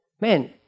man